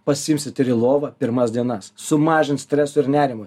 pasiimsit ir į lovą pirmas dienas sumažins stresą ir nerimą